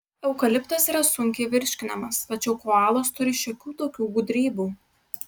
eukaliptas yra sunkiai virškinamas tačiau koalos turi šiokių tokių gudrybių